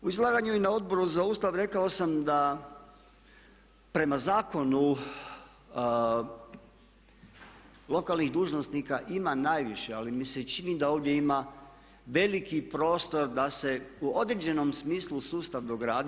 U izlaganju i na Odboru za Ustav rekao sam da prema zakonu lokalnih dužnosnika ima najviše, ali mi se čini da ovdje ima veliki prostor da se u određenom smislu sustav dogradi.